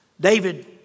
David